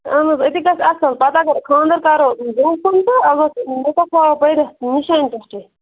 اَہَن حظ أتی گژھِ اَصٕل پَتہٕ اَگر خانٛدَر کَرو برٛونٛٹھ کُن تہٕ البتہٕ نِکاح تھاوَو پٔرِتھ نِشٲنۍ پٮ۪ٹھٕے